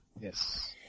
yes